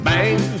Bang